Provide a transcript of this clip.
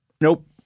Nope